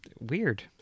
weird